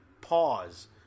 pause